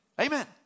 Amen